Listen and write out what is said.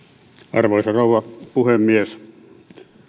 arvoisa rouva puhemies